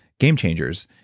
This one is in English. game changers,